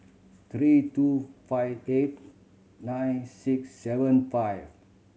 three two five eight nine six seven five